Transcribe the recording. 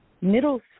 middle